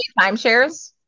Timeshares